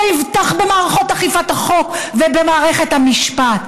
יבטח במערכות אכיפת החוק ובמערכת המשפט.